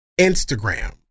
Instagram